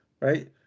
right